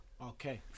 Okay